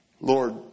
Lord